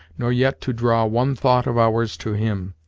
nor yet to draw one thought of ours to him.